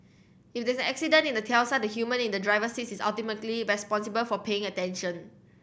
if there's an accident in a Tesla the human in the driver's seat is ultimately responsible for paying attention